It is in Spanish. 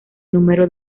número